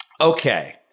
Okay